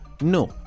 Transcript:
No